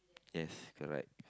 yes correct